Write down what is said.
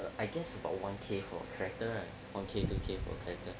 err I guess about one K for character right one K two K for character